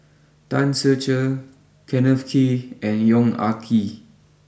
Tan Ser Cher Kenneth Kee and Yong Ah Kee